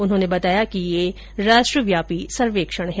उन्होंने बताया कि यह राष्ट्रव्यापी सर्वेक्षण है